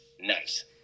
Nice